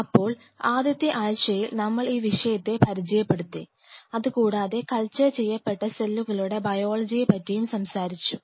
അപ്പോൾ ആദ്യത്തെ ആഴ്ചയിൽ നമ്മൾ ഈ വിഷയത്തെ പരിചയപ്പെടുത്തി അതുകൂടാതെ കൾച്ചർ ചെയ്യപ്പെട്ട സെല്ലുകളുടെ ബയോളജിയെ പറ്റിയും സംസാരിച്ചു